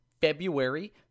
February